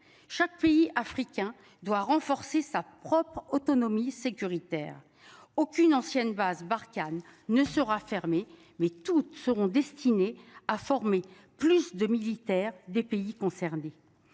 chaque pays africains doit renforcer sa propre autonomie sécuritaire aucune ancienne base Barkhane ne sera fermé mais toutes seront destinés à former plus de militaires des pays concernés.